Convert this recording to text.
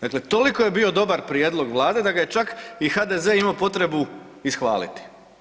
Dakle, toliko je bio dobar prijedlog vlade da ga je čak i HDZ imo potrebu ishvaliti.